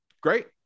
great